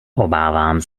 obávám